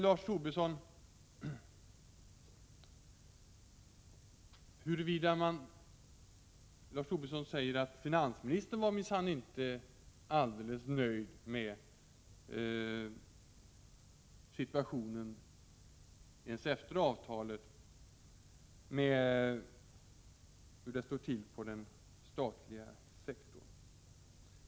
Lars Tobisson säger att finansministern minsann inte var helt nöjd ens efter avtalet med situationen på den statliga sektorn.